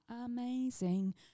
amazing